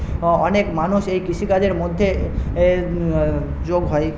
অ অনেক মানুষ এই কৃষিকাজের মধ্যে এ যোগ হয়